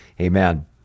amen